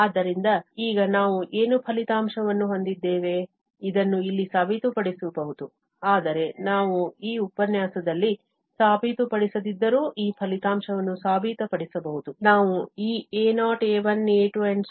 ಆದ್ದರಿಂದ ಈಗ ನಾವು ಏನು ಫಲಿತಾಂಶವನ್ನು ಹೊಂದಿದ್ದೇವೆ ಇದನ್ನು ಇಲ್ಲಿ ಸಾಬೀತುಪಡಿಸಬಹುದು ಆದರೆ ನಾವು ಈ ಉಪನ್ಯಾಸದಲ್ಲಿ ಸಾಬೀತುಪಡಿಸದಿದ್ದರೂ ಈ ಫಲಿತಾಂಶವನ್ನು ಸಾಬೀತುಪಡಿಸಬಹುದು ನಾವು ಈ a0 a1 a2aN ಮತ್ತು b1 b2